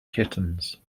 kittens